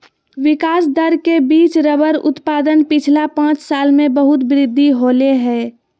विकास दर के बिच रबर उत्पादन पिछला पाँच साल में बहुत वृद्धि होले हें